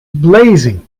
blazing